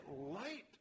light